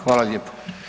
Hvala lijepo.